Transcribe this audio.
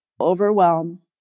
overwhelm